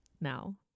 now